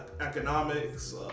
economics